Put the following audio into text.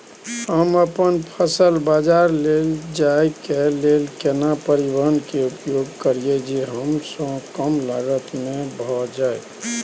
हम अपन फसल बाजार लैय जाय के लेल केना परिवहन के उपयोग करिये जे कम स कम लागत में भ जाय?